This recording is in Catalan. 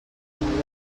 vilanova